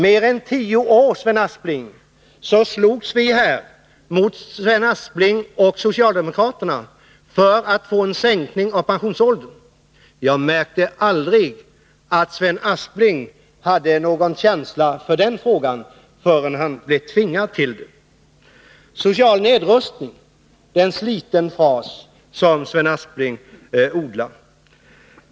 Mer än tio år slogs vi mot Sven Aspling och socialdemokraterna för att få en sänkning av pensionsåldern. Jag märkte aldrig att Sven Aspling hade någon känsla för den frågan, förrän han blev tvingad till det. Social nedrustning är en sliten fras som Sven Aspling odlar.